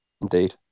indeed